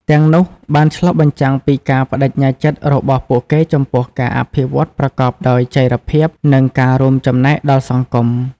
ទាំងនោះបានឆ្លុះបញ្ចាំងពីការប្តេជ្ញាចិត្តរបស់ពួកគេចំពោះការអភិវឌ្ឍប្រកបដោយចីរភាព និងការរួមចំណែកដល់សង្គម ។